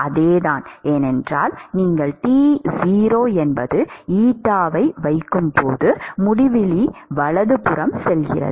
அதே தான் ஏனென்றால் நீங்கள் T0 ஐ வைக்கும்போது முடிவிலி வலதுபுறம் செல்கிறது